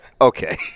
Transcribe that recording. Okay